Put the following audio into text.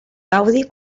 gaudi